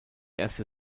erste